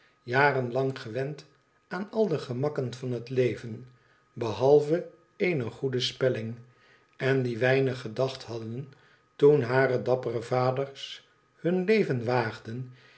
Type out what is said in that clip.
jaren lang gewend aan al de gemakken van het leven behalve eene goede spelling en die weinig gedacht hadden toen hare dappere vaders hun leven waagden